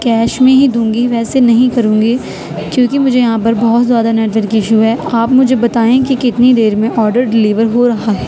cash میں ہی دوں گی ویسے نہیں کروں گی کیوں کہ مجھے یہاں پر بہت زیادہ نیٹ ورک ایشو ہے آپ مجھے بتائیں کہ کتنی دیر میں آرڈر ڈلیور ہو رہا ہے